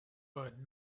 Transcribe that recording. but